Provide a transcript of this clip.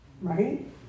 right